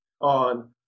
on